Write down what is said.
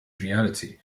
reality